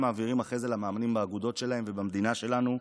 מעבירים אחרי כן למאמנים באגודות שלהם ובמדינה שלנו.